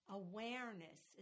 awareness